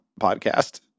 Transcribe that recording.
podcast